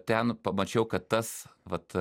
ten pamačiau kad tas vat